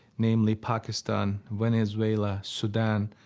namely pakistan, venezuela, sudan,